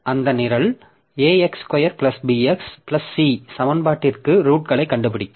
அந்த நிரல் ax2 bx c சமன்பாட்டிற்கு ரூட்களைக் கண்டுபிடிக்கும்